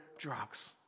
drugs